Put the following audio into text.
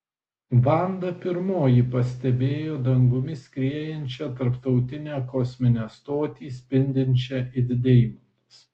vanda pirmoji pastebėjo dangumi skriejančią tarptautinę kosminę stotį spindinčią it deimantas